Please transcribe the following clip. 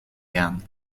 gaan